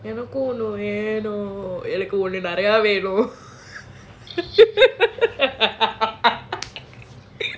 எனக்கும் நெறய வேணும்:enakkum neraya venum